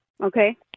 Okay